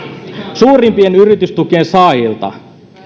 suurimpien yritystukien saajilta